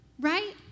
right